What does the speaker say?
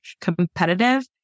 competitive